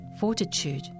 fortitude